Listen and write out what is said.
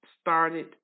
started